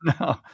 No